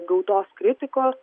gautos kritikos